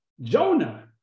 Jonah